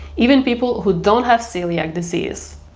even people who don't have celiac disease.